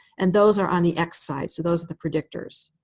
and those are on the x side, so those are the predictors.